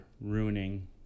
ruining